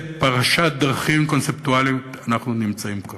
פרשת דרכים קונספטואלית אנחנו נמצאים פה,